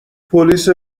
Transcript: پلیس